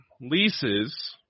leases